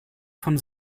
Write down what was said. von